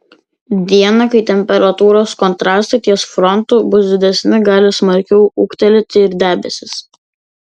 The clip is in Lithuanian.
dieną kai temperatūros kontrastai ties frontu bus didesni gali smarkiau ūgtelėti ir debesys